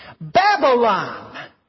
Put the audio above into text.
Babylon